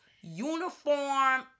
uniform